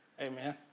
Amen